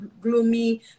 gloomy